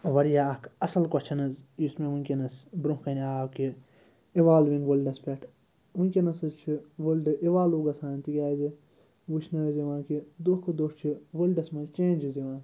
واریاہ اَکھ اَصٕل کۄچھَن حظ یُس مےٚ وٕنۍکٮ۪نَس برٛونٛہہ کَنہِ آو کہِ اِوالوِنٛگ وٲلڈَس پٮ۪ٹھ وٕنۍکٮ۪نَس حظ چھِ وٲلڈٕ اِوالٕو گژھان تِکیٛازِ وٕچھنہٕ حظ یِوان کہِ دۄہ کھۄ دۄہ چھِ وٲلڈَس منٛز چینٛجِز یِوان